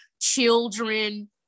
children